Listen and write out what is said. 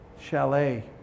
chalet